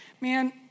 man